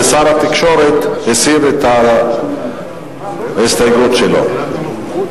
ושר התקשורת מסיר את ההסתייגות שלו.